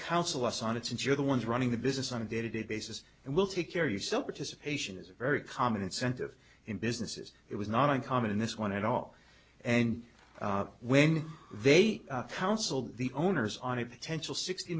counsel us on it since you're the ones running the business on a day to day basis and we'll take care you sell participation is a very common incentive in businesses it was not uncommon in this one at all and when they counseled the owners on a potential sixty